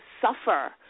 suffer